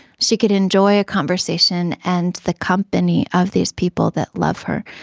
she could enjoy a conversation and the company of these people that love her.